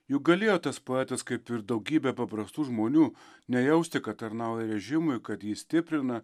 juk galėjo tas poetas kaip ir daugybė paprastų žmonių nejausti kad tarnauja režimui kad jį stiprina